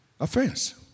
offense